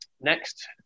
Next